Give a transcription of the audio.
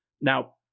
Now